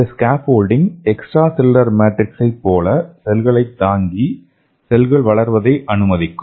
இந்த scaffolding extra cellular மேட்ரிக்ஸ்ஐ போல செல்களைத் தாங்கி செல்கள் வளர்வதை அனுமதிக்கும்